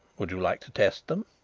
would you like to test them?